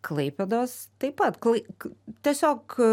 klaipėdos taip pat klai tiesiog